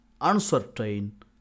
uncertain